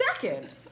second